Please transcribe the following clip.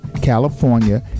California